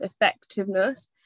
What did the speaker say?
effectiveness